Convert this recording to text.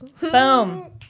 Boom